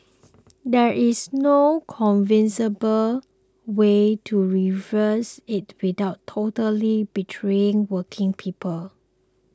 there is no convincible way to reverse it without totally betraying working people